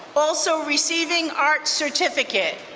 also receiving art certificate.